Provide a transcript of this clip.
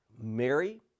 Mary